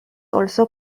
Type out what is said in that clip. also